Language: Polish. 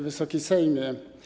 Wysoki Sejmie!